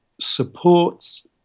supports